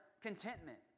contentment